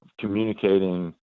communicating